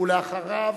ואחריו,